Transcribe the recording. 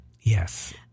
Yes